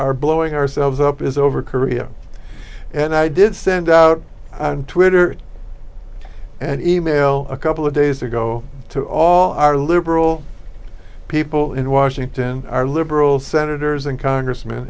our blowing ourselves up is over korea and i did send out on twitter and e mail a couple of days ago to all our liberal people in washington are liberal senators and congressmen